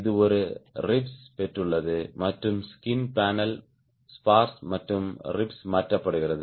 இது ஒரு ரிப்ஸ் பெற்றுள்ளது மற்றும் ஸ்கின் பேனல் ஸ்பார்ஸ் மற்றும் ரிப்ஸ் மாற்றப்படுகிறது